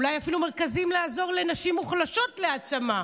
אולי אפילו מרכזים לעזור לנשים מוחלשות להעצמה.